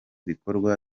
bikorwa